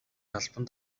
албан